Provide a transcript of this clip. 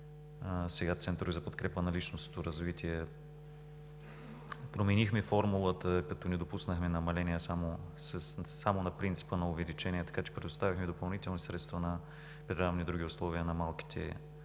сега центрове за подкрепа на личностното развитие. Променихме формулата, като не допуснахме намаление, а само на принципа на увеличение, така че предоставихме допълнителни средства при равни други условия на по-малките